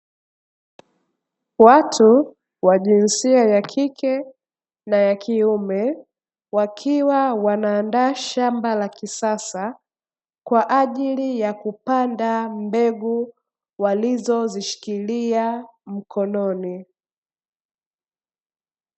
Watu wa jinsia ya kike na ya kiume, wakiwa wanaandaa shamba la kisasa kwa ajili ya kupanda mbegu walizozishikilia mkononi.